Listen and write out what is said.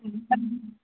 ହଁ